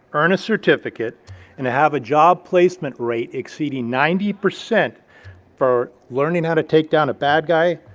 earn a certificate and have a job placement rate exceeding ninety percent for learning how to take down a bad guy,